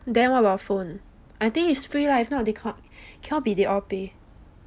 then what about phone I think its free lah if not they cannot cannot be they all pay